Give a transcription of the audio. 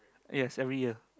yes every year